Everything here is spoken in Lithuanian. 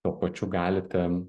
tuo pačiu galite